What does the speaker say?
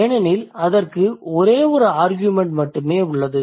ஏனெனில் அதற்கு ஒரே ஒரு ஆர்கியூமெண்ட் மட்டுமே உள்ளது